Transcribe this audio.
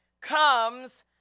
comes